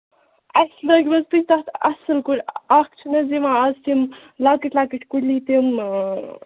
اَسہِ لٲگوٕ حظ تُہۍ تَتھ اَصٕل اَکھ چھُنہٕ حظ یِوان اَز تِم لۄکٕٹۍ لۄکٕٹۍ کُلی تِم